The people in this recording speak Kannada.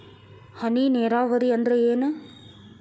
ಹನಿ ನೇರಾವರಿ ಅಂದ್ರ ಏನ್?